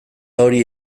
hori